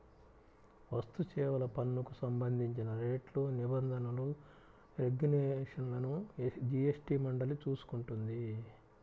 వస్తుసేవల పన్నుకు సంబంధించిన రేట్లు, నిబంధనలు, రెగ్యులేషన్లను జీఎస్టీ మండలి చూసుకుంటుంది